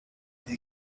they